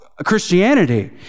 Christianity